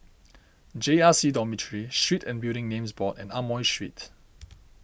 J R C Dormitory Street and Building Names Board and Amoy Street